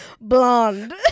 blonde